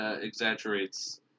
Exaggerates